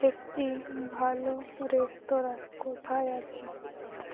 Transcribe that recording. একটি ভালো রেস্তোরাঁ কোথায় আছে